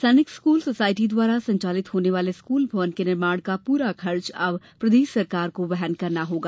सैनिक school society द्वारा संचालित होने वाले स्कूल भवन के निर्माण का पूरा खर्च अब प्रदेश सरकार को वहन करना होगा